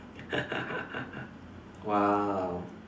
!wow!